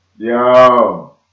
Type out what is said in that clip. Yo